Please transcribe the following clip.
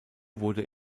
wurde